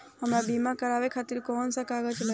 हमरा बीमा करावे खातिर कोवन कागज लागी?